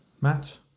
Matt